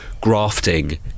grafting